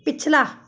ਪਿਛਲਾ